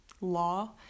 law